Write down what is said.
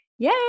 yay